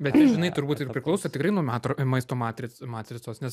bet žinai turbūt ir priklauso tikrai nuo matro maisto matric matricos nes